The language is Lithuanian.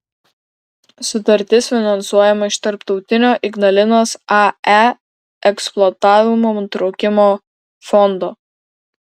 sutartis finansuojama iš tarptautinio ignalinos ae eksploatavimo nutraukimo fondo